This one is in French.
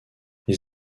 les